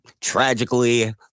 tragically